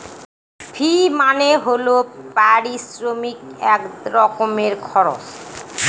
ফি মানে হল পারিশ্রমিক এক রকমের খরচ